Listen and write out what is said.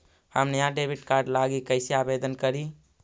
हम नया debit card लागी कईसे आवेदन करी?